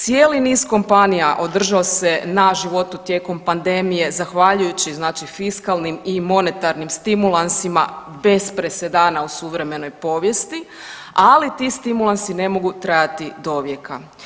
Cijeli niz kompanija održao se na životu tijekom pandemije zahvaljujući znači fiskalnim i monetarnim stimulansima bez presedana u suvremenoj povijesti ali ti stimulansi ne mogu trajati do vijeka.